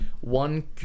one